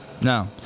No